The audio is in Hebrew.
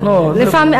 לא,